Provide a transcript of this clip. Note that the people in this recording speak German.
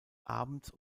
abends